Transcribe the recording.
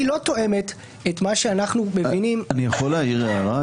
היא לא תואמת את מה שאנחנו מבינים --- אני יכול להעיר הערה,